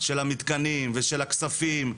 של המתקנים ושל הכספים,